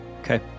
Okay